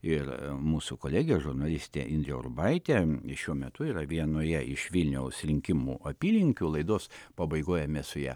ir mūsų kolegė žurnalistė indrė urbaitė šiuo metu yra vienoje iš vilniaus rinkimų apylinkių laidos pabaigoje mes su ja